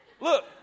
Look